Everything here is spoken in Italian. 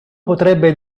potrebbe